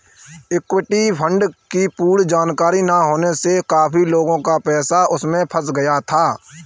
equity fund की पूर्ण जानकारी ना होने से काफी लोगों का पैसा उसमें फंस गया था